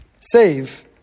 save